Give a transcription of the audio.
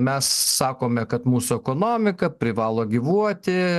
mes sakome kad mūsų ekonomika privalo gyvuoti